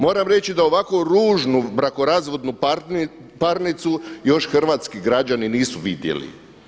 Moram reći da ovako ružnu brakorazvodnu parnicu još hrvatski građani nisu vidjeli.